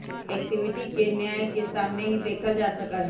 equity के न्याय के सामने ही देखल जा सका हई